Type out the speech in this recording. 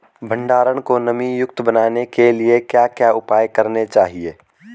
भंडारण को नमी युक्त बनाने के लिए क्या क्या उपाय करने चाहिए?